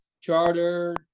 charter